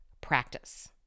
practice